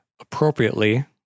appropriately